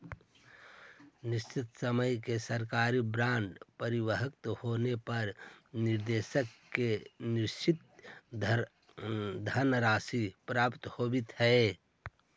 निश्चित समय में सरकारी बॉन्ड परिपक्व होवे पर निवेशक के निश्चित धनराशि प्राप्त होवऽ हइ